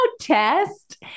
test